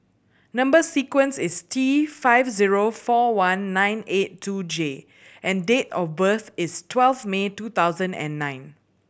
number sequence is T five zero four one nine eight two J and date of birth is twelve May two thousand and nine